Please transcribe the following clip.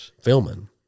filming